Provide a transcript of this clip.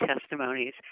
testimonies